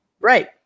Right